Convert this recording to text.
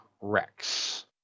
Rex